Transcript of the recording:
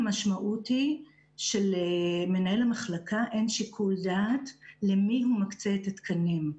המשמעות היא שלמנהל המחלקה אין שיקול דעת למי הוא מקצה את התקנים.